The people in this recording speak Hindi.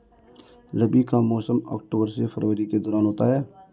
रबी का मौसम अक्टूबर से फरवरी के दौरान होता है